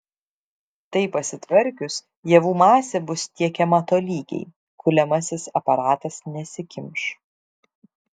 tai pasitvarkius javų masė bus tiekiama tolygiai kuliamasis aparatas nesikimš